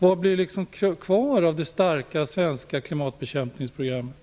Vad blir det kvar av det starka svenska klimatbekämpningsprogrammet?